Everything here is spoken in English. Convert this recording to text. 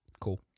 cool